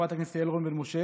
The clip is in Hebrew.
חברת הכנסת יעל רון בן משה,